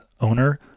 owner